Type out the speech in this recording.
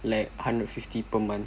like hundred fifty per month